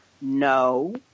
no